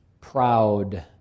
proud